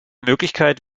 möglichkeit